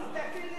תסתכל לשם.